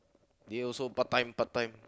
they also part time part time